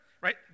right